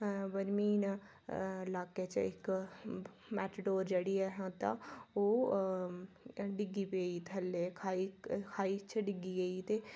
बरमीन ल्हाके च इक्क मेटाडोर जेह्ड़ी ऐ तां ओह् डि'ग्गी पेई थल्ले खाई खाई च डि'ग्गी गेई ते